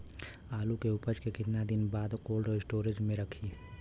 आलू के उपज के कितना दिन बाद कोल्ड स्टोरेज मे रखी?